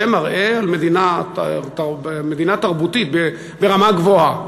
זה מראה מדינה תרבותית ברמה גבוהה.